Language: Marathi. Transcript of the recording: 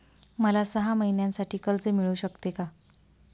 मला सहा महिन्यांसाठी कर्ज मिळू शकते का?